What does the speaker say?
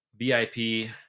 VIP